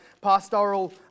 pastoral